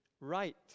right